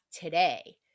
today